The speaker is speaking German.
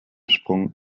sprung